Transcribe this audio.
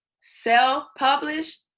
self-published